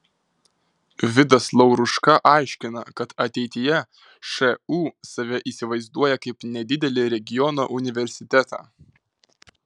vidas lauruška aiškina kad ateityje šu save įsivaizduoja kaip nedidelį regiono universitetą